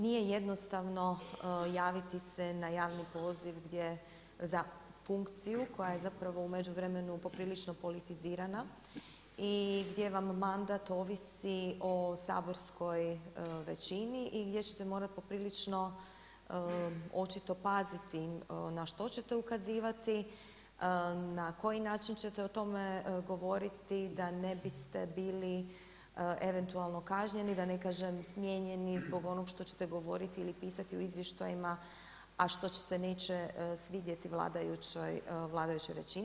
Nije jednostavno javiti se na javni poziv gdje za funkciju koja je zapravo u međuvremenu poprilično politizirana i gdje vam mandat ovisi o saborskoj većini i gdje ćete morati poprilično očito paziti na što ćete ukazivati, na koji način ćete o tome govoriti da ne biste bili eventualno kažnjeni, da ne kažem smijenjeni zbog onog što ćete govoriti ili pisati u izvještajima a što se neće svidjeti vladajućoj većini.